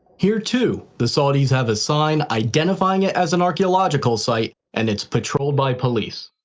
here, too, the saudis have a sign identifying it as an archeological site, and it's patrolled by police.